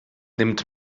nimmt